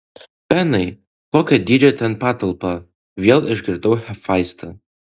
benai kokio dydžio ten patalpa vėl išgirdau hefaistą